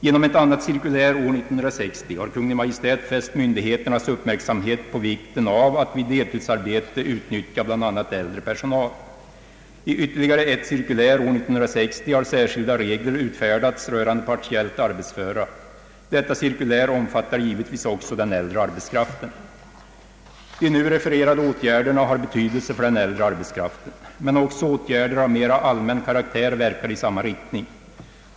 Genom ett annat cirkulär år 1960 har Kungl. Maj:t fäst myndigheternas uppmärksamhet på vikten av att vid deltidsarbete utnyttja bl.a. äldre personal. I ytterligare ett cirkulär år 1960 har särskilda regler utfärdats rörande partiellt arbetsföra. Detta cirkulär omfattar givetvis också den äldre arbetskraften. De nu refererade åtgärderna har betydelse för den äldre arbetskraften. Men också åtgärder av mera allmän karaktär verkar i samma riktning.